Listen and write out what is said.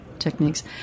techniques